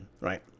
right